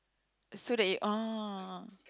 so that you oh